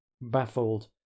Baffled